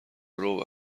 ربع